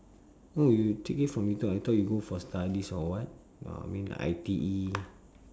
oh you take it from youtube ah I thought you go for studies or what uh I mean I_T_E